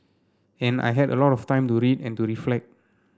and I had a lot of time to read and to reflect